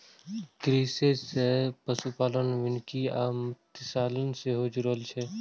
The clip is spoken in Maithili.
कृषि सं पशुपालन, वानिकी आ मत्स्यपालन सेहो जुड़ल छै